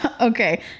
okay